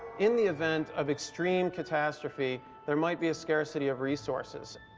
in the event of extreme catastrophe, there might be a scarcity of resources.